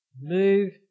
move